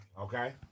Okay